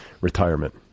retirement